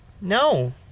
No